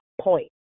point